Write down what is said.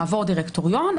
נעבור דירקטוריון,